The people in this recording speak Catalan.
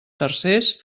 tercers